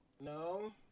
No